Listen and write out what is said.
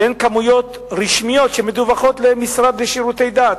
שהן כמויות רשמיות שמדווחות למשרד לשירותי דת,